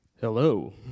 Hello